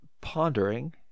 pondering